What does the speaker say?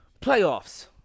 Playoffs